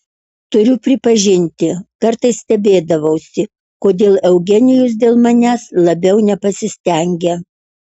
turiu pripažinti kartais stebėdavausi kodėl eugenijus dėl manęs labiau nepasistengia